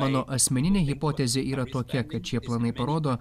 mano asmeninė hipotezė yra tokia kad šie planai parodo